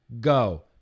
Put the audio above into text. go